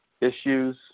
Issues